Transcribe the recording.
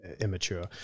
immature